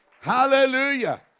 Hallelujah